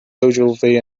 ogilvy